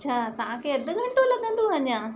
अच्छा तव्हांखे अधि घंटो लगंदो अञा